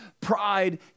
Pride